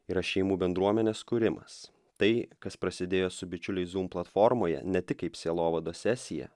yra šeimų bendruomenės kūrimas tai kas prasidėjo su bičiuliais zum platformoje ne tik kaip sielovados sesija